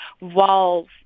walls